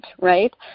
right